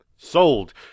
Sold